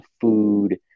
food